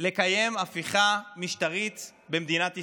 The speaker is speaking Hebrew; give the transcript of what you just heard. לקיים הפיכה משטרית במדינת ישראל,